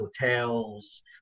hotels